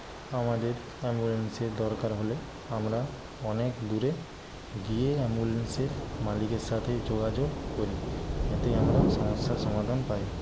আর আমার ওই এক প্লেট ফ্রাই মোমো এবং এক প্লেট বিরিয়ানি একটু ডেলিভারি করে দিতে হবে তো যদি সেটা আপনার সম্ভব হয় তাহলে আপনি আমাকে একটু কল করে